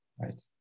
right